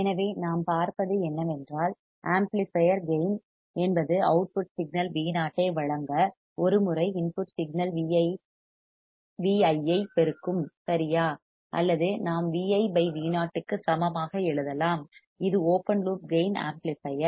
எனவே நாம் பார்ப்பது என்னவென்றால் ஆம்ப்ளிபையர் கேயின் என்பது அவுட்புட் சிக்னல் Vo ஐ வழங்க ஒரு முறை இன்புட் சிக்னல் Vi ஐ பெருக்கும் சரியா அல்லது நாம் Vi Vo க்கு சமமாக எழுதலாம் இது ஓபன் லூப் கேயின் ஆம்ப்ளிபையர்